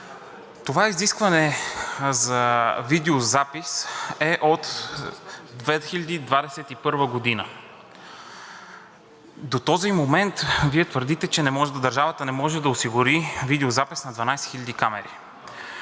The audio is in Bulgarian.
Това изискване за видеозапис е от 2021 г. До този момент Вие твърдите, че държавата не може да осигури видеозапис на 12 хиляди камери.